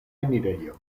enirejo